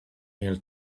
meal